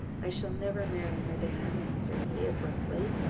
i shall never marry, madam, answered he abruptly.